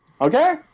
Okay